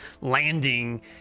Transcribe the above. landing